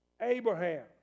Abraham